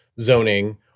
zoning